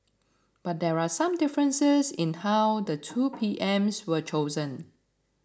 but there are some differences in how the two P Ms were chosen